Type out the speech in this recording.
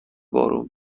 بارون